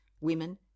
women